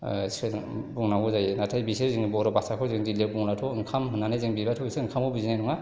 बुंनांगौ जायो नाथाय बिसोर जोंनि बर' भाषाखौ जों दिल्लीआव बुंब्लाथ' ओंखाम होननानै बिबाथ' बिसोर ओंखामखौ बुजिनाय नङा